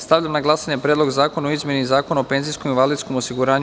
Stavljam na glasanje Predlog zakona o izmeni Zakona o penzijskom i invalidskom osiguranju,